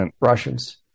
Russians